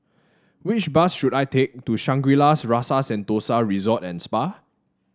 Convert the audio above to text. which bus should I take to Shangri La's Rasa Sentosa Resort and Spa